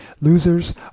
Losers